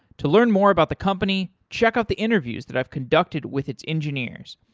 to learn more about the company, check out the interviews that i've conducted with its engineers.